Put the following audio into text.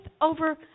over